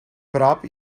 prop